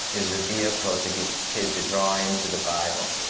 is is a vehicle to get kids to draw into the bible,